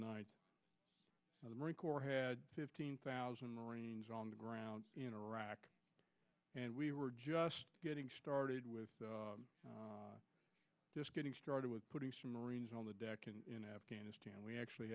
the marine corps had fifteen thousand marines on the ground in iraq and we were just getting started with just getting started with putting some marines on the deck and in afghanistan we actually